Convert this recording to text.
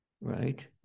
right